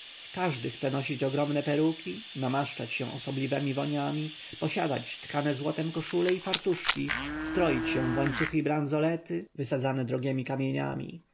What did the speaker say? każdy chce nosić ogromne peruki namaszczać się osobliwemi woniami posiadać tkane złotem koszule i fartuszki stroić się w łańcuchy i branzolety wysadzane drogiemi kamieniami